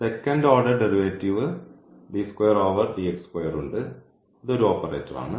second order derivative ഉണ്ട് അതുഒരു ഓപ്പറേറ്ററാണ്